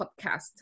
podcast